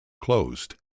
closed